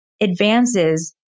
advances